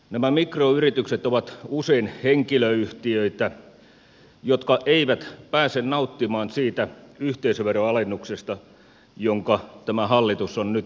nämä mikroyritykset ovat usein henkilöyhtiöitä jotka eivät pääse nauttimaan siitä yhteisöveron alennuksesta jonka tämä hallitus on nyt päättänyt toteuttaa